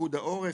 פיקוד העורף,